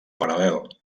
paral·lel